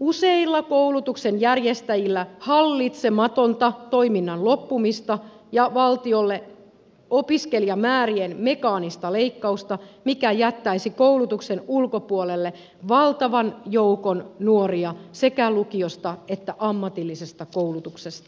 useilla koulutuksenjärjestäjillä hallitsematonta toiminnan loppumista ja valtiolle opiskelijamäärien mekaanista leikkausta mikä jättäisi koulutuksen ulkopuolelle valtavan joukon nuoria sekä lukiosta että ammatillisesta koulutuksesta